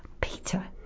Peter